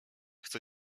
się